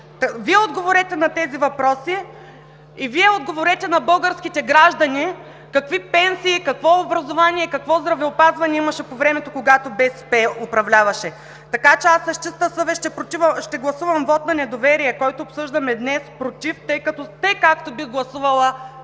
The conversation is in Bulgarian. Вие отговорете на тези въпроси и отговорете на българските граждани какви пенсии, какво образование и какво здравеопазване имаше по времето, когато БСП управляваше. Така че аз с чиста съвест ще гласувам вот на недоверие, който обсъждаме днес „против“, тъй както бих гласувала